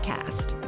Cast